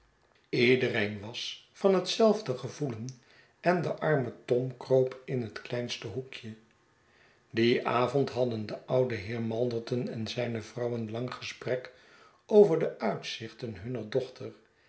iedereen was van hetzelfde gevoelen en de arme tom kroop in het kleinste hoekje dien avond hadden de oude heer malderton en zijne vrouw een lang gesprek over de uitzichten hunner dochter